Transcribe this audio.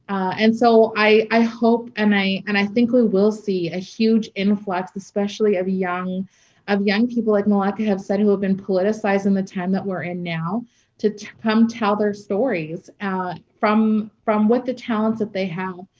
and so i hope and i and i think we will see a huge influx, especially of young of young people like malaka have said, who have been politicized in the time that we are in now to come tell their stories from from what the talents that they have.